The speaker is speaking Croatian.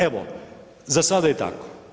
Evo za sada je tako.